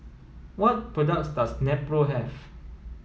what products does Nepro have